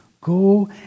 go